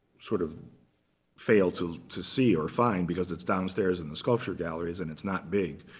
sort of fail to to see or find, because it's downstairs in the sculpture galleries, and it's not big.